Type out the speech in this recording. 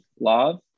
love